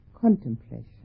contemplation